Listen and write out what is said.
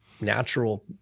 natural